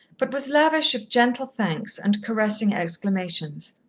but was lavish of gentle thanks and caressing exclamations.